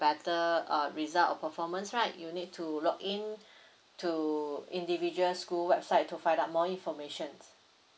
better uh result performance right you need to look into individual school website to find out more information